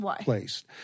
placed